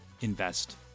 invest